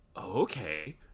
okay